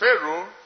Pharaoh